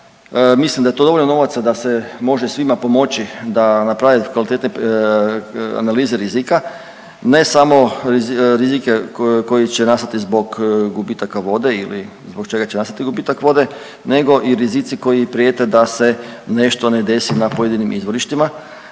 Mislim da je to dovoljno novaca da se može svima pomoći da naprave kvalitetne analize rizika, ne samo rizike koji će nastati zbog gubitaka vode ili zbog čega će nastati gubitak vode nego i rizici koji prijete da se nešto ne desi na pojedinim izvorištima